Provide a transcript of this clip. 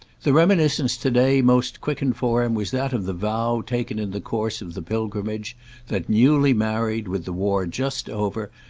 the reminiscence to-day most quickened for him was that of the vow taken in the course of the pilgrimage that, newly-married, with the war just over,